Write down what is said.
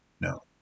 No